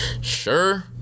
sure